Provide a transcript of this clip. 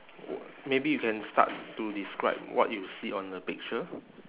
w~ maybe you can start to describe what you see on the picture